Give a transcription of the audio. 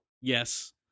Yes